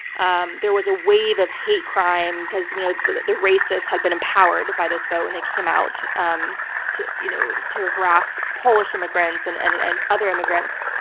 um there was a wave of hate crimes, you know the the racists had been empowered by this vote and they came out, um to you know to harass polish immigrants and and and and other immigrants.